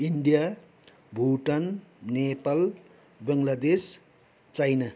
India Bhutan Nepal Bangladesh China